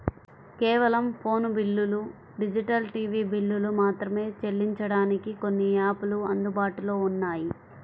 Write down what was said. కేవలం ఫోను బిల్లులు, digital TV బిల్లులు మాత్రమే చెల్లించడానికి కొన్ని యాపులు అందుబాటులో ఉన్నాయి